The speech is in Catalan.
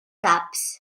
caps